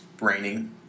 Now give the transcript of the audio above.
raining